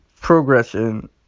progression